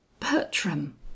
Bertram